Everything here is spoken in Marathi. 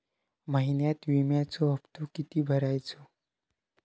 महिन्यात विम्याचो हप्तो किती भरायचो?